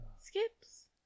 skips